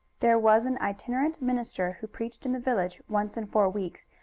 there was an itinerant minister who preached in the village once in four weeks,